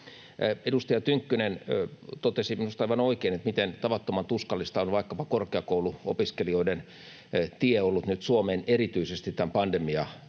Edustaja Tynkkynen totesi minusta aivan oikein, miten tavattoman tuskallista on vaikkapa korkeakouluopiskelijoiden tie ollut nyt Suomeen erityisesti tämän pandemiakriisin